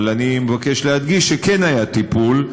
אבל אני מבקש להדגיש שכן היה טיפול,